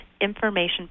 information